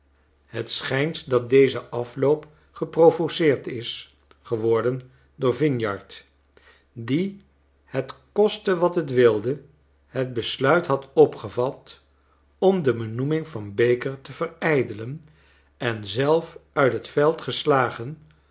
het schijnt dat deze afloop geprovoceerd is geworden door vinyard die het kostte wat het wilde het besluit had'opgevat om de benoeming van baker te verijdelen en zelf uit het veld geslagen